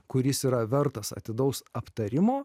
kuris yra vertas atidaus aptarimo